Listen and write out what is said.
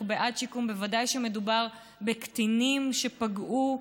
אנחנו בעד שיקום בוודאי כשמדובר בקטינים שפגעו.